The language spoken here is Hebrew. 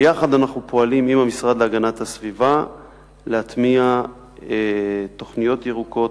אנחנו פועלים ביחד עם המשרד להגנת הסביבה להטמיע תוכניות ירוקות,